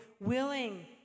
willing